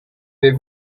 vais